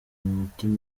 mutima